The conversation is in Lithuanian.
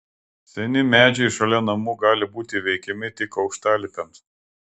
seni medžiai šalia namų gali būti įveikiami tik aukštalipiams